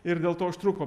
ir dėl to užtruko